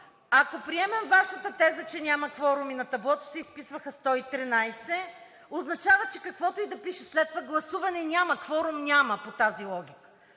Ако приемем Вашата теза, че няма кворум и на таблото се изписваха 113, означава, че каквото и да пише след това гласуване, няма кворум, няма по тази логика.